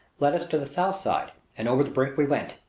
led us to the south side, and over the brink we went.